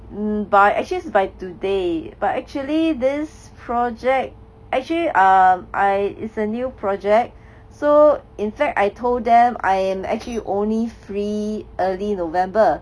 mm by actually 是 by today but actually this project actually um I it's a new project so in fact I told them I am actually only free early november